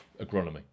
agronomy